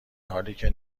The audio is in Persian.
حالیکه